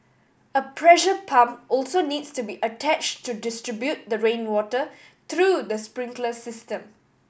a pressure pump also needs to be attached to distribute the rainwater through the sprinkler system